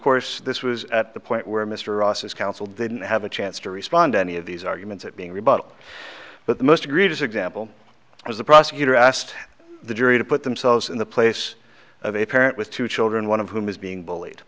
course this was at the point where mr ross's counsel didn't have a chance to respond to any of these arguments it being rebuttal but the most egregious example was the prosecutor asked the jury to put themselves in the place of a parent with two children one of whom is being bullied